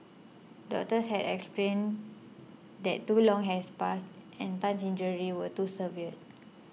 doctors had explain that too long has passed and Tan's injuries were too severe